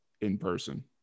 in-person